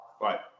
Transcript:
Right